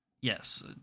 yes